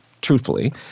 truthfully